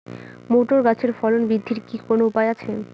Motor গাছের ফলন বৃদ্ধির কি কোনো উপায় আছে?